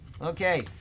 okay